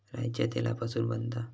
राईच्या तेलापासून बनता